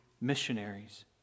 missionaries